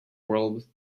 world